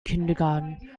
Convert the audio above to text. kindergarten